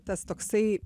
tas toksai